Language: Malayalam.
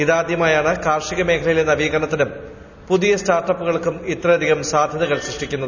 ഇതാദ്യമായാണ് കാർഷിക മേഖലയിലെ നവീകരണത്തിനും പുതിയ സ്റ്റാർട്ടപ്പുകൾക്കും ഇത്രയധികം സാധ്യതകൾ സൃഷ്ടിക്കുന്നത്